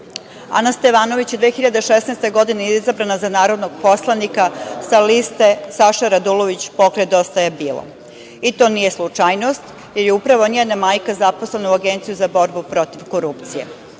Stevanović je 2016. godine izabrana za narodnog poslanika sa liste Saša Radulović „Pokret dosta je bilo“ i to nije slučajnost jer je upravo njena majka zaposlena u Agenciji za borbu protiv korupcije.